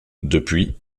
depuis